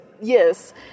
Yes